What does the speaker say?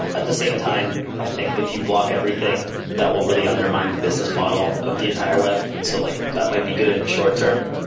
at the same time, i think if you block everything that will really undermine the business model of the entire web. and so like that might be good in the short term,